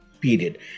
period